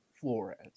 flores